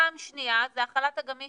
פעם שנייה זה החל"ת הגמיש